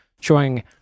showing